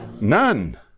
None